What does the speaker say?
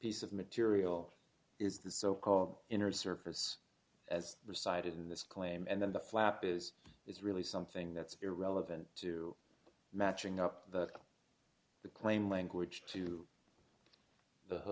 piece of material is the so called inner surface as decided in this claim and then the flap is it's really something that's irrelevant to matching up the claim language to the ho